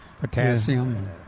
potassium